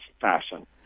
fashion